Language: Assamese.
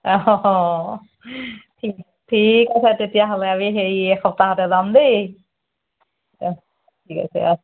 অ ঠি ঠিক আছে তেতিয়াহ'লে আমি হেৰি এই সপ্তাহতে যাম দেই অ ঠিক আছে অ